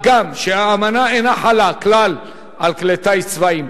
מה גם שהאמנה אינה חלה כלל על כלי טיס צבאיים.